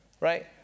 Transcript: Right